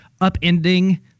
upending